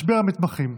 משבר המתמחים,